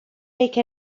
make